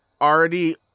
already